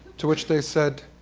to which they said,